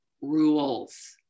rules